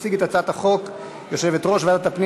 תציג את הצעת החוק יושבת-ראש ועדת הפנים